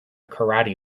karate